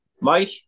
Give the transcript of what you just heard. Mike